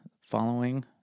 following